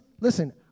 Listen